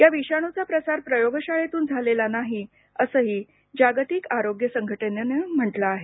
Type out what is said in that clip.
या विषाणूचा प्रसार प्रयोगशाळेतून झालेला नाही असंही जागतिक आरोग्य संघटनेनं म्हटलं आहे